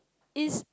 it's